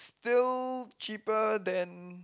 still cheaper than